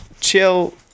chill